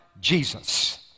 Jesus